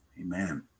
amen